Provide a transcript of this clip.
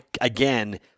again